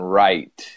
right